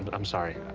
but i'm sorry. ah,